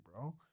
bro